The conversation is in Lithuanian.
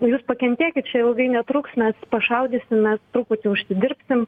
jūs pakentėkit čia ilgai netruks mes pašaudysim mes truputį užsidirbsim